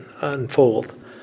unfold